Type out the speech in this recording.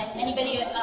anybody